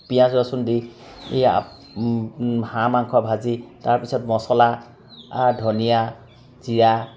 পিঁয়াজ ৰচুন দি হাঁহ মাংস ভাজি তাৰপিছত মচলা ধনিয়া জীৰা